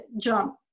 jump